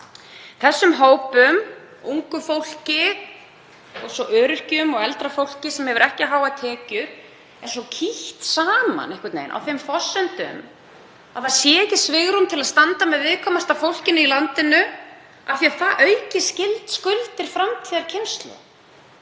Þessum hópum, ungu fólki, og svo öryrkjum og eldra fólki, sem ekki hefur háar tekjur, er svo att saman einhvern veginn á þeim forsendum að það sé ekki svigrúm til að standa með viðkvæmasta fólkinu í landinu af því að það auki skuldir framtíðarkynslóða.